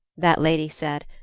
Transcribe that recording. that lady said,